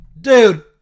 Dude